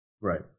Right